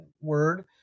word